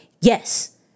yes